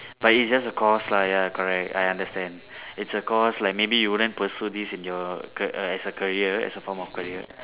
but it's just a course lah ya correct I understand its a course like maybe you wouldn't pursue this in your c~ as a career as a form of career